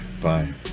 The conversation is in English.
Bye